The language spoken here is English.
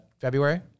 February